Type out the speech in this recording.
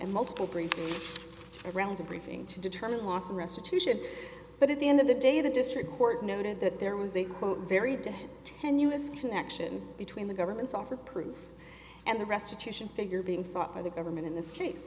and multiple brigades around a briefing to determine loss of restitution but at the end of the day the district court noted that there was a quote very dim tenuous connection between the government's offer proof and the restitution figure being sought by the government in this case